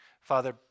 Father